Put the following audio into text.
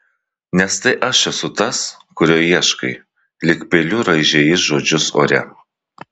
nes tai aš esu tas kurio ieškai lyg peiliu raižė jis žodžius ore